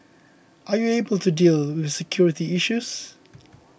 are you able to deal with security issues